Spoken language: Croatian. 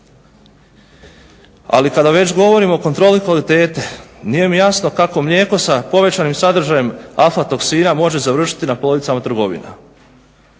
Ali kada već govorimo o kontroli kvalitete nije mi jasno kako mlijeko sa povećanim sadržajem alfa toksina može završiti na policama trgovina.